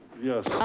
yes.